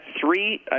three